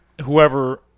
whoever